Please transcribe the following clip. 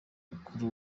mukuru